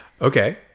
Okay